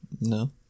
No